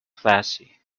flashy